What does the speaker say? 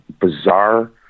bizarre